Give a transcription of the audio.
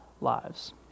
lives